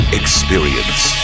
experience